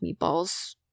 meatballs